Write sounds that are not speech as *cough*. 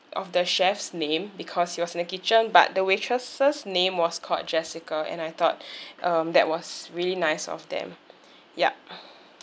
of the chef's name because he was in the kitchen but the waitress's name was called jessica and I thought *breath* um that was really nice of them yup